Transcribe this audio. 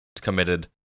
committed